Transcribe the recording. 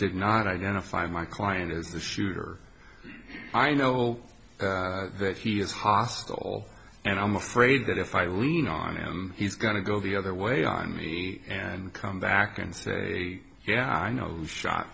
did not identify my client as the shooter i know that he is hostile and i'm afraid that if i lean on him he's going to go the other way on me and come back and say yeah i know